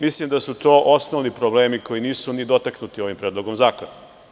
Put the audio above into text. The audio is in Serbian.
Mislim da su to osnovni problemi koji nisu ni dotaknuti ovim predlogom zakona.